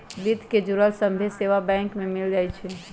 वित्त से जुड़ल सभ्भे सेवा बैंक में मिल जाई छई